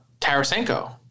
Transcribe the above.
Tarasenko